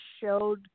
showed